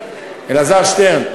אלעזר שטרן,